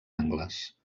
angles